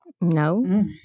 no